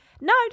No